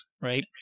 right